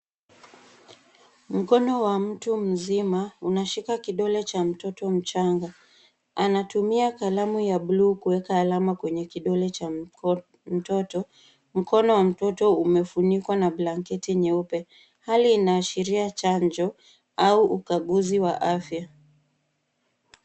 Mkono wa mtu mzima unashika kidole cha mtoto mchanga. Anatumia kalamu ya bluu kuweka alama kwenye kidole cha mtoto. Mkono wa mtoto umefunikwa na blanketi nyeupe. Hali inaashiria chanjo au ukaguzi wa afya.